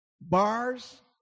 Bars